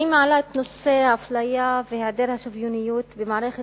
אני מעלה את נושא האפליה והיעדר השוויוניות במערכת